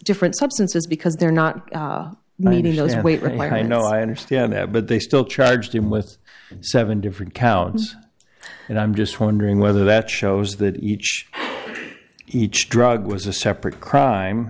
different substances because they're not like i know i understand that but they still charged him with seven different counts and i'm just wondering whether that shows that each each drug was a separate crime